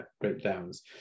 breakdowns